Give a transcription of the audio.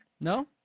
No